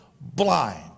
blind